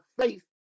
faith